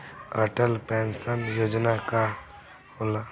Atal pension योजना का होला?